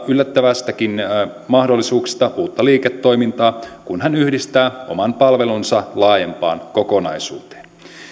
yllättävistäkin mahdollisuuksista uutta liiketoimintaa kun hän yhdistää oman palvelunsa laajempaan kokonaisuuteen